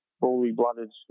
fully-blooded